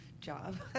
job